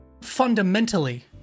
fundamentally